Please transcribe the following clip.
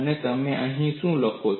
અને તમે અહીં શું લો છો